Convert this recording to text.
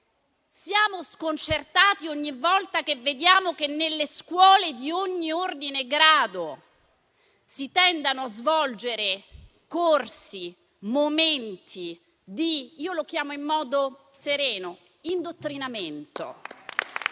Siamo sconcertati ogni volta che vediamo che nelle scuole di ogni ordine e grado si tende a svolgere corsi, momenti di quello che io chiamo in modo sereno indottrinamento